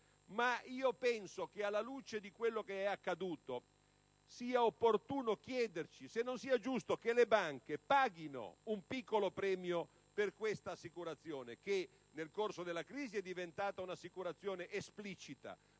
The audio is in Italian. Ma penso che, alla luce di quel che è accaduto, sia opportuno chiederci se non sia giusto che le banche paghino un piccolo premio per questa assicurazione, che nel corso della crisi è diventata un'assicurazione esplicita,